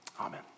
Amen